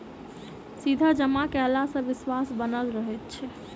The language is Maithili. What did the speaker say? सीधा जमा कयला सॅ विश्वास बनल रहैत छै